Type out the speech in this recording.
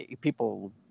people